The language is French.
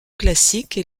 classique